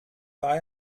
war